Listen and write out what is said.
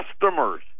customers